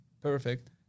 perfect